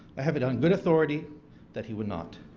i have it on good authority that he would not.